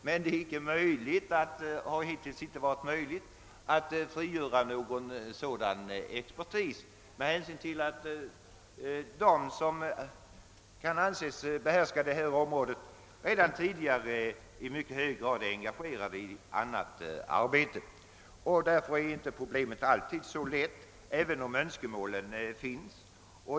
Men det har hittills inte varit möjligt att frigöra någon sådan expertis, med hänsyn till att de, som kan anses behärska detta område, redan tidigare i hög grad är engagerade i annat arbete. Problemet är alltså inte så lätt, även om önskemålen finns.